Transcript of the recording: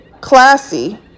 classy